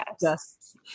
Yes